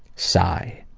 sigh.